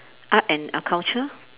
art and uh culture